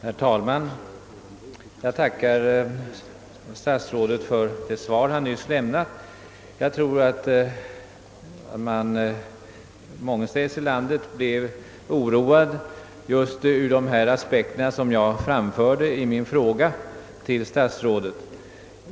Herr talman! Jag tackar herr statsrådet för det svar han nyss lämnat. Jag tror att man på många håll i landet blev oroad över avbrottet i TV sändningen på nyårsafton, just ur de aspekter jag framfört i min fråga till statsrådet.